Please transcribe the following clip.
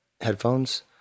headphones